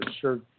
sure